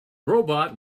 robot